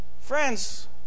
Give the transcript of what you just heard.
Friends